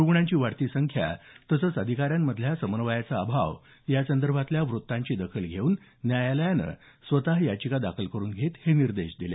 रुग्णांची वाढती संख्या तसंच अधिकाऱ्यांमधला समन्वयाचा अभाव यासंदर्भातल्या वृत्तांची दखल घेऊन न्यायालयानं स्वत याचिका दाखल करून घेत हे निर्देश दिले